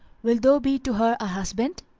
wilt thou be to her a husband?